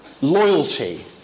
loyalty